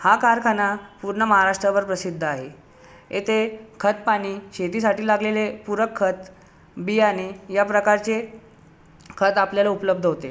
हा कारखाना पूर्ण महाराष्ट्रभर प्रसिद्ध आहे येथे खतपाणी शेतीसाठी लागलेले पूरक खत बियाणे या प्रकारचे खत आपल्याला उपलब्ध होते